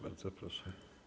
Bardzo proszę.